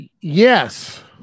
Yes